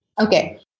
Okay